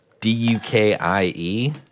D-U-K-I-E